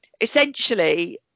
essentially